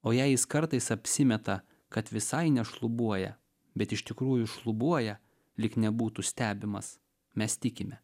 o jei jis kartais apsimeta kad visai nešlubuoja bet iš tikrųjų šlubuoja lyg nebūtų stebimas mes tikime